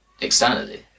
externally